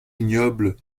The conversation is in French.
ignoble